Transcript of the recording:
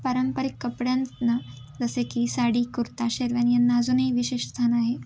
पारंपरिक कपड्यांना जसे की साडी कुर्ता शेरवानी यांना अजूनही विशेष स्थान आहे